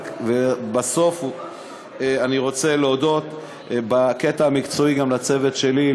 ובסוף אני רוצה להודות בקטע המקצועי גם לצוות שלי,